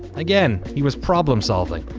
again, he was problem solving.